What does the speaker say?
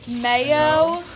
mayo